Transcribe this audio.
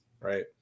right